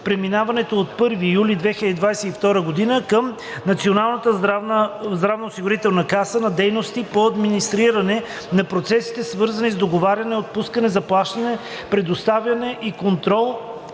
преминаването от 1 юли 2022 г. към Националната здравноосигурителна каса на дейностите по администриране на процесите, свързани с договаряне, отпускане, заплащане, предоставяне и контрол